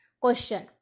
Question